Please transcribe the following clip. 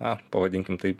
a pavadinkim tai